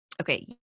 Okay